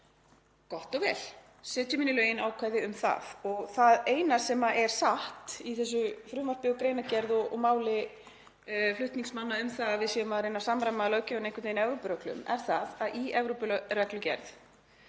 Gott og vel, setjum inn í lögin ákvæði um það. Það eina sem er satt í þessu frumvarpi og greinargerð og máli flutningsmanna um að við séum að reyna að samræma löggjöfina einhvern veginn Evrópureglum er það að í Evrópureglugerð